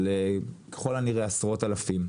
ככל הנראה עשרות אלפים.